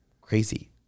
crazy